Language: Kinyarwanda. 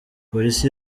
polisi